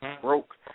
broke